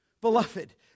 beloved